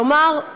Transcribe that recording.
כלומר,